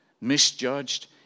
misjudged